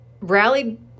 rallied